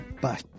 Bye